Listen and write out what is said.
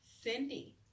Cindy